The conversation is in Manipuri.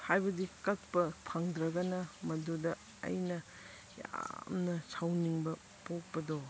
ꯍꯥꯏꯕꯗꯤ ꯀꯛꯄ ꯐꯪꯗ꯭ꯔꯒꯅ ꯃꯗꯨꯗ ꯑꯩꯅ ꯌꯥꯝꯅ ꯁꯥꯎꯅꯤꯡꯕ ꯄꯣꯛꯄꯗꯣ